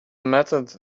method